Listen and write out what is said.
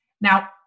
Now